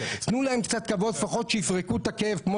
תנו להם קצת כבוד לפחות שיפרקו את הכאב כמו